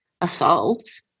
assaults